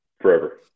Forever